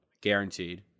guaranteed